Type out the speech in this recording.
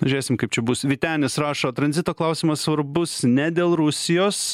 žiūrėsim kaip čia bus vytenis rašo tranzito klausimas svarbus ne dėl rusijos